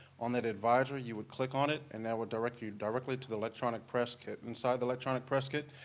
on that advisory, you would click on it and that will direct you directly to the electronic press kit. inside the electronic press kit,